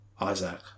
Isaac